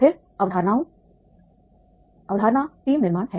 फिर अवधारणाओं अवधारणा टीम निर्माण है